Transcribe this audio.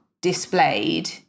displayed